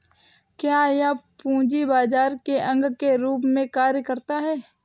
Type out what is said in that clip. क्या यह पूंजी बाजार के अंग के रूप में कार्य करता है?